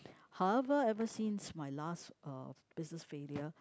however ever since my last uh business failure